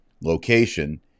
location